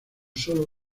solo